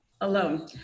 alone